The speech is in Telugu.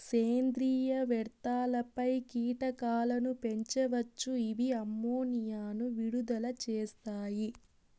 సేంద్రీయ వ్యర్థాలపై కీటకాలను పెంచవచ్చు, ఇవి అమ్మోనియాను విడుదల చేస్తాయి